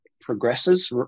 progresses